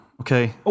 okay